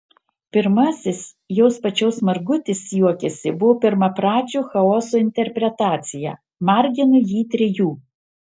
pirmasis jos pačios margutis juokiasi buvo pirmapradžio chaoso interpretacija margino jį trejų